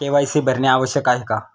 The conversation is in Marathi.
के.वाय.सी भरणे आवश्यक आहे का?